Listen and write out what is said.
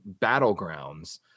battlegrounds